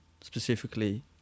specifically